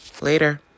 Later